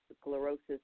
sclerosis